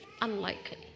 unlikely